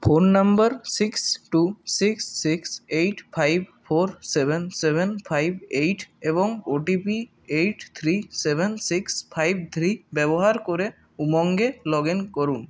phone number six two six six eight five four seven seven five eight এবং OTP eight three seven six five three ব্যবহার করে উমঙে log in করুন